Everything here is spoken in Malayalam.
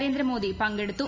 നരേന്ദ്രമോദി പങ്കെടുത്തു